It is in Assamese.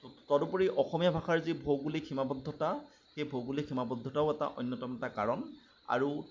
তদুপৰি অসমীয়া ভাষাৰ যি ভৌগোলিক সীমাবদ্ধতা সেই ভৌগোলিক সীমাবদ্ধতাও এটা অন্যতম এটা কাৰণ আৰু